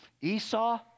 Esau